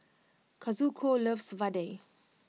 Kazuko loves Vadai